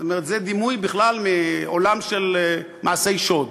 זאת אומרת, זה דימוי מעולם של מעשי שוד.